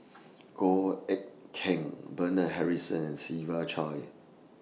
Goh Eck Kheng Bernard Harrison Siva Choy